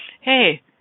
hey